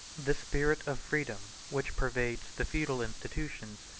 the spirit of freedom, which pervades the feudal institutions,